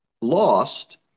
lost